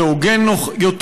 זה הוגן יותר,